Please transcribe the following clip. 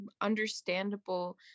understandable